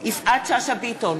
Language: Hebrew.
יפעת שאשא ביטון,